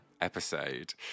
episode